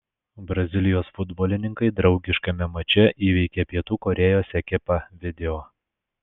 brazilijos futbolininkai draugiškame mače įveikė pietų korėjos ekipą video